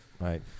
Right